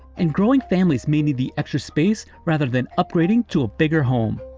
and growing families may need the extra space rather than upgrading to a bigger home.